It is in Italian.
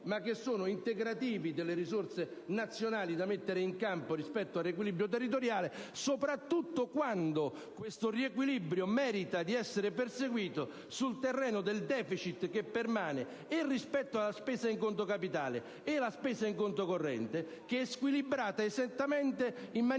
ma integrativi delle risorse nazionali), da mettere in campo rispetto al riequilibrio territoriale, soprattutto quando tale riequilibrio merita di essere perseguito sul terreno di un deficit che permane e rispetto a spese sia in conto capitale sia in conto corrente squilibrate in maniera